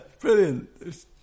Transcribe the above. brilliant